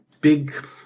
big